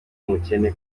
umukene